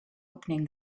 opening